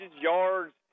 yards